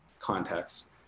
context